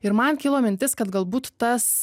ir man kilo mintis kad galbūt tas